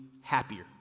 happier